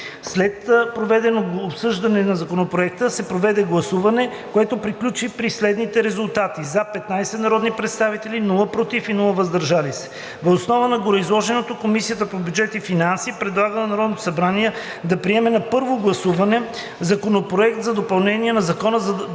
След проведеното обсъждане на Законопроекта се проведе гласуване, което приключи при следните резултати: „за“ – 15 народни представители, без „против“ и „въздържал се“. Въз основа на гореизложеното Комисията по бюджет и финанси предлага на Народното събрание да приеме на първо гласуване Законопроект за допълнение на Закона за бюджета